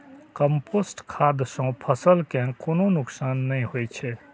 compost खाद सं फसल कें कोनो नुकसान नै होइ छै